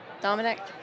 Dominic